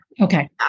Okay